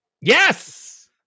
Yes